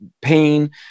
pain